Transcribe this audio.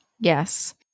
Yes